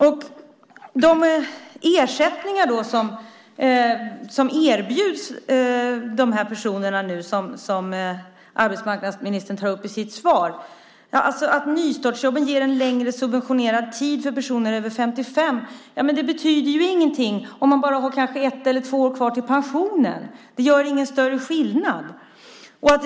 Det handlar om de ersättningar som erbjuds dessa personer som arbetsmarknadsministern berör i sitt svar. Att nystartsjobben ger en längre subventionerad tid för personer över 55 år betyder ingenting om man kanske bara har ett eller två år kvar till pensionen. Det gör ingen större skillnad.